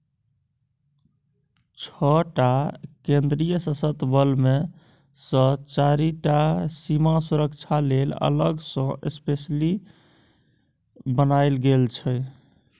छअ टा केंद्रीय सशस्त्र बल मे सँ चारि टा सीमा सुरक्षा लेल अलग सँ स्पेसली बनाएल गेल छै